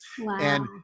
Wow